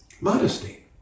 Modesty